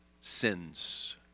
sins